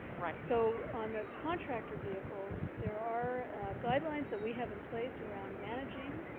right. so on the contractor vehicles there are guidelines that we have in place around managng